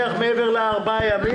הדין שבו נקבע ההסדר,